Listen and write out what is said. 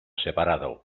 separado